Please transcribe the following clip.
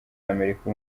amerika